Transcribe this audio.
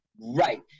Right